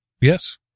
Yes